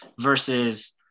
versus